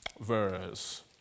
verse